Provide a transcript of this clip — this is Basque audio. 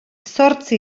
zortzi